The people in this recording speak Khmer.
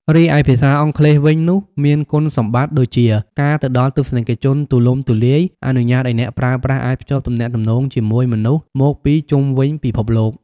រីឯភាសាអង់គ្លេសវិញនោះមានគុណសម្បត្តិដូចជាការទៅដល់ទស្សនិកជនទូលំទូលាយ អនុញ្ញាតឲ្យអ្នកប្រើប្រាស់អាចភ្ជាប់ទំនាក់ទំនងជាមួយមនុស្សមកពីជុំវិញពិភពលោក។